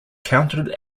counted